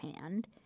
hand